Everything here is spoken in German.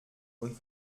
und